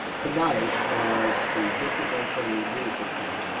tonight as a district one twenty eight leadership team,